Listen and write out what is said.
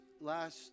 last